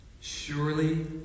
Surely